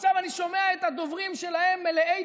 עכשיו אני שומע את הדוברים שלהם מלאי